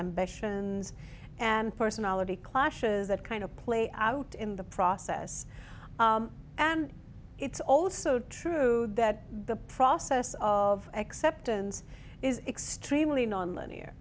ambitions and personality clashes that kind of play out in the process and it's also true that the process of acceptance is extremely nonlinear